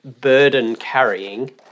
burden-carrying